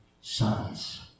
sons